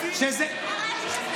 מעניין,